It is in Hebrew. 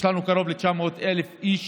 יש לנו קרוב ל-900,000 איש